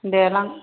दे लां